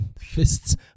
Fists